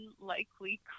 unlikely